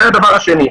זה הדבר השני.